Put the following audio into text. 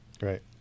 Right